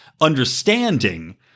understanding